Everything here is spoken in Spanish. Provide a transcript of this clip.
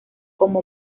como